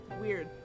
weird